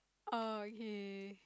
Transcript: okay